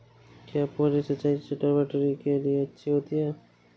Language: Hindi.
क्या फुहारी सिंचाई चटवटरी के लिए अच्छी होती है?